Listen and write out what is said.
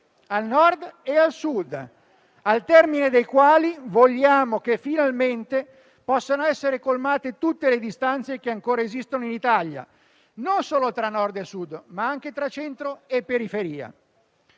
al Nord e al Sud, al termine dei quali vogliamo che finalmente possano essere colmate tutte le distanze che ancora esistono in Italia, non solo tra Nord e Sud, ma anche tra centro e periferia.